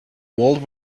world